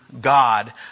God